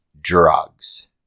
drugs